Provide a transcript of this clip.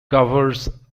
covers